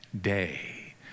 day